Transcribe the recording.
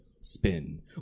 Spin